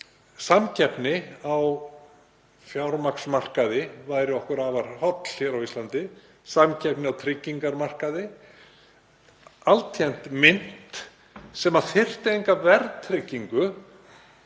samkeppni á fjármagnsmarkaði væri okkur afar holl á Íslandi, samkeppni á tryggingamarkaði, altént mynt sem þyrfti enga verðtryggingu,